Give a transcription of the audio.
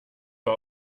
bei